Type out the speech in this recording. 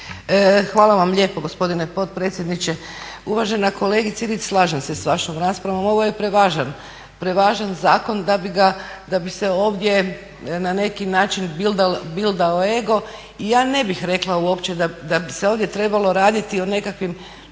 Hvala vam lijepo gospodine potpredsjedniče Hrvatskoga sabora. Uvažena kolegice Ilić slažem se s vašom raspravom. Ovo je prevažan zakon da bi se ovdje na neki način bildao ego. I ja ne bi rekla da bi se ovdje trebalo raditi o nekakvim,